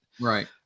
right